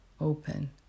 open